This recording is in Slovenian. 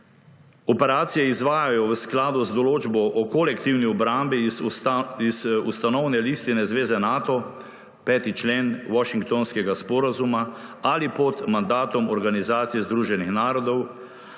Operacije izvajajo v skladu z določbo o kolektivni obrambi iz ustanovne listine zveze Nato, 5. člen washingtonskega sporazuma, ali pod mandatom Organizacije združenih narodov,